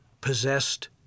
possessed